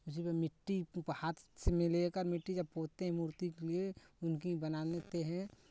उसी पर मिट्टी हाथ से लेकर मिट्टी जब पोतते हैं मूर्ती के लिये उनकी बना लेते हैं